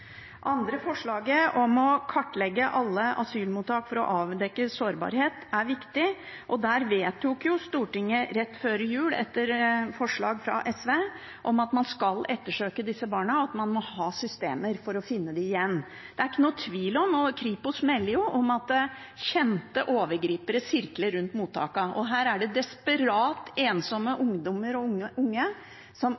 andre forslaget, om å kartlegge alle asylmottak for å avdekke sårbarhet, er viktig, og Stortinget vedtok rett før jul etter forslag fra SV at man skal ettersøke disse barna, og at man må ha systemer for å finne dem igjen. Det er ikke noen tvil om – og Kripos melder jo om – at kjente overgripere sirkler rundt mottakene, og her er det desperat ensomme